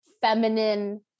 feminine